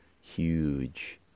huge